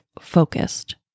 focused